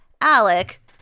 Alec